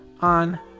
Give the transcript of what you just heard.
on